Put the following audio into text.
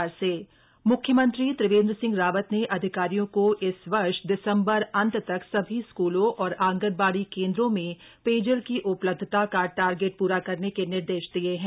जल जीवन मिशन म्ख्यमंत्री त्रिवेन्द्र सिंह रावत ने अधिकारियों को इस वर्ष दिसम्बर अन्त तक सभी स्कूलों और आंगनबाड़ी केन्द्रों में पेयजल की उपलब्धता का टारेगट पूरा करने के निर्देश दिये हैं